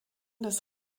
des